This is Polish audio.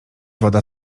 woda